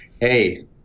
hey